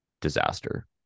disaster